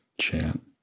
chant